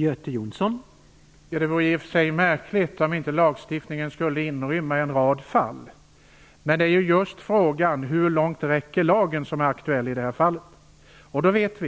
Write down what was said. Herr talman! Det vore märkligt om inte lagstiftningen skulle inrymma en rad fall. Men det är ju just frågan om hur långt lagen räcker som är aktuell i detta fall. Vi vet